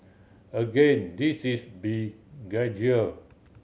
again this is be gradual